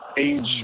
age